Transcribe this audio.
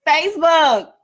Facebook